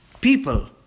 people